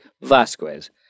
Vasquez